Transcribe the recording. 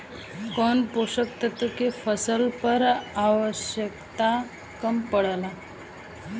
कौन पोषक तत्व के फसल पर आवशयक्ता कम पड़ता?